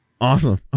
awesome